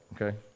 okay